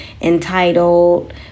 entitled